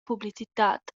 publicitad